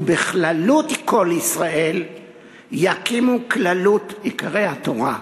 ובכללות כל ישראל יקיימו כללות עיקרי התורה.